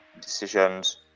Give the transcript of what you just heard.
decisions